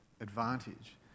advantage